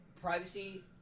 privacy